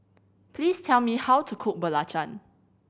please tell me how to cook belacan